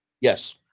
yes